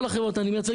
כל החברות שאני מייצג,